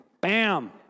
Bam